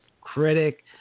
critic